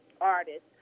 artist